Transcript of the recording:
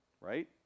Right